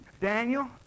Daniel